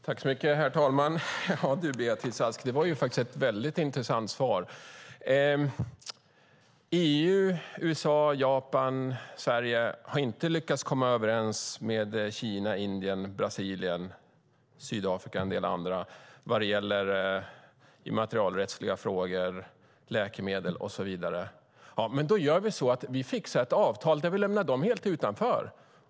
Herr talman! Ja, Beatrice Ask, det var faktiskt ett väldigt intressant svar! EU, USA, Japan och Sverige har inte lyckats komma överens med Kina, Indien, Brasilien, Sydafrika och en del andra när det gäller immaterialrättsliga frågor, läkemedel och så vidare - alltså har vi fixat vi ett avtal där vi lämnar dem helt utanför!